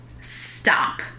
stop